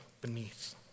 beneath